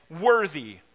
worthy